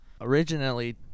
Originally